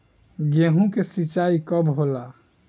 गेहूं के सिंचाई कब होला?